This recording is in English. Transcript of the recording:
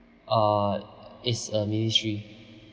uh it's a ministry